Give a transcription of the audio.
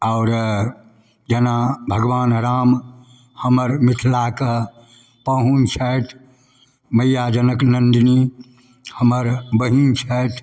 आओर जेना भगवान राम हमर मिथिलाके पाहुन छथि मइआ जनकनन्दिनी हमर बहिन छथि